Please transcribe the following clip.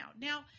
Now